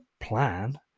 plan